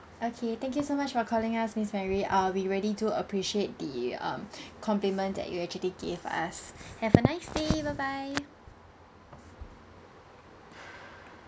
okay thank you so much for calling us miss mary err we really do appreciate the um compliment that you actually gave us have a nice day bye bye